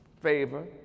favor